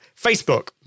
Facebook